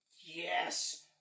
yes